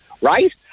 right